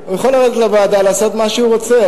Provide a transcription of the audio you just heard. הוא יכול לרדת לוועדה, לעשות מה שהוא רוצה.